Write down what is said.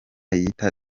yiyita